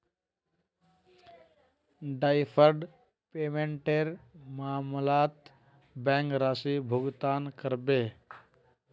deferred पेमेंटेर मामलत bank राशि भुगतान करबे